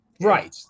Right